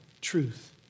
truth